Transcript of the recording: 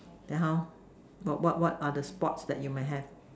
then how what what what are the sports that you may have